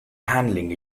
handling